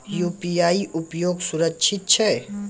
UPI उपयोग सुरक्षित छै?